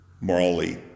morally